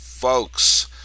Folks